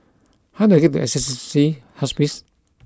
how do I get to Assisi Hospice